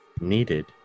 needed